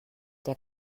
der